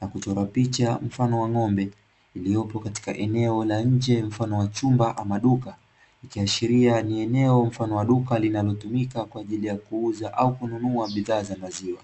na kuchora picha mfano wa ng'ombe, iliyopo katika eneo la nje mfano wa chumba ama duka kiashiria ni eneo mfano wa duka linalotumika kwa ajili ya kuuza au kununua bidhaa za maziwa.